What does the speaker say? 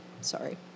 Sorry